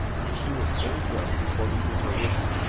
when she was fully dressed according to her wishes,